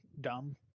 dumb